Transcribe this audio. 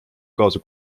kaasa